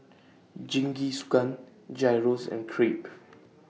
Jingisukan Gyros and Crepe